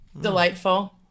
Delightful